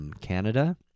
Canada